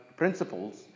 Principles